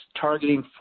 targeting